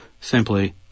simply